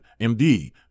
MD